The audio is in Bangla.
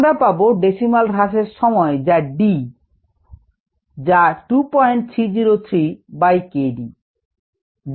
আমরা পাব decimal হ্রাসের সময় D যা 2303 বাই k d